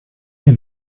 him